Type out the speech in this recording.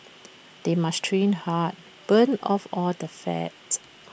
they must train hard burn off all the fat